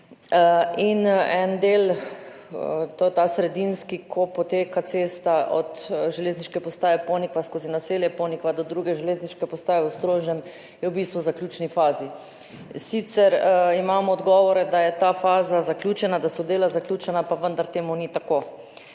in en del, to je ta sredinski, ko poteka cesta od železniške postaje Ponikva skozi naselje Ponikva do druge železniške postaje na Ostrožnem, je v bistvu v zaključni fazi. Sicer imamo odgovore, da je ta faza zaključena, da so dela zaključena, pa vendar ni tako.